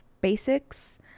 basics